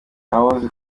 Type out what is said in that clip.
ntawuzi